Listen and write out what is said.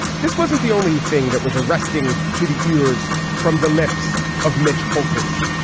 this wasn't the only thing that was arresting to the ears from the lips of mitch holthouse,